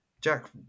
Jack